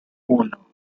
uno